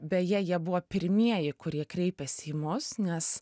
beje jie buvo pirmieji kurie kreipėsi į mus nes